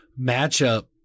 matchup